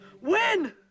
win